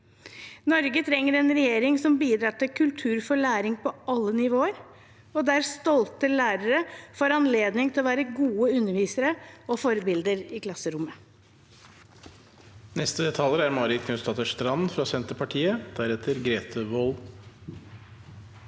Norge trenger en regjering som bidrar til kultur for læring på alle nivå, og der stolte lærere får anledning til å være gode undervisere og forbilder i klasserommet.